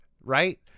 right